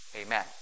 Amen